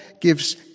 gives